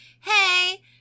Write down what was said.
Hey